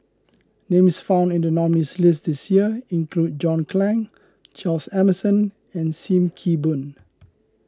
names found in the nominees' list this year include John Clang Charles Emmerson and Sim Kee Boon